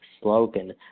slogan